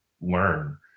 learn